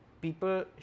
people